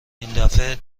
ایندفعه